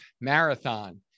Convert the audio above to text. marathon